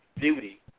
beauty